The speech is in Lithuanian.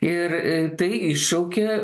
ir tai iššaukia